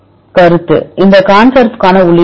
கருத்து இந்த ConSurf க்கான உள்ளீடு என்ன